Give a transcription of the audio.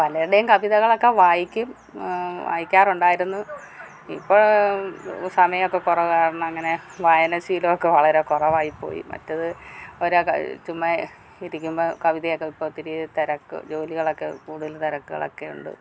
പലരുടെയും കവിതകളൊക്കെ വായിക്കും വായിക്കാറുണ്ടായിരുന്നു ഇപ്പം സമയം ഒക്കെ കുറവാണ് കാരണം അങ്ങനെ വായനാശീലം ഒക്കെ വളരെ കുറവായി പോയി മറ്റേത് ചുമ്മാ ഇരിക്കുമ്പം കവിതയൊക്കെ ഇപ്പോൾ ഇത്തിരി തിരക്ക് ജോലികളൊക്കെ കൂടുതലും തിരക്കുകളൊക്കെയുണ്ട്